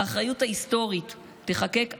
האחריות ההיסטורית תיחקק עליכם,